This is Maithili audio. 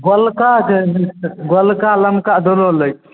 गोलका गोलका लमका दोनो लै के छै